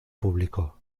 público